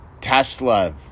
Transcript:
Tesla